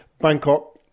Bangkok